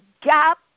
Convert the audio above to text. gap